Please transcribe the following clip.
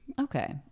okay